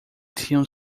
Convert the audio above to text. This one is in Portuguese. tinham